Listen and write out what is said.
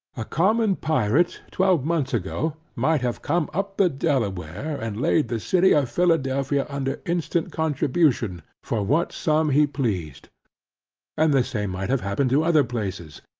a common pirate, twelve months ago, might have come up the delaware, and laid the city of philadelphia under instant contribution, for what sum he pleased and the same might have happened to other places.